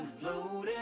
Floating